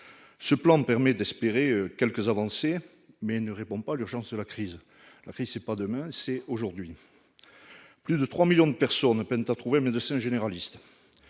Ce plan permet d'espérer quelques avancées, mais il ne répond pas à l'urgence de la crise. La crise, ce n'est pas demain : c'est aujourd'hui ! Plus de trois millions de personnes peinent à trouver un médecin généraliste.